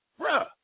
Bruh